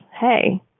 Hey